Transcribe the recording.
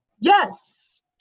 Yes